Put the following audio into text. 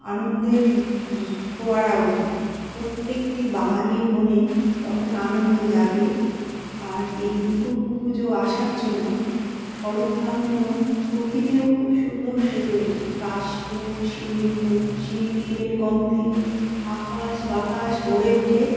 আনন্দের ফোয়ারা ওঠে প্রত্যেকটি বাঙালির মনে তখন আনন্দ জাগে আর এই দুর্গা পুজো আসার জন্য শরৎকাল যেন প্রকৃতিও খুব সুন্দর সেজে ওঠে কাশ ফুল শিউলি ফুল শিউলি ফুলের গন্ধে আকাশ বাতাস ভরে ওঠে